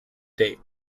date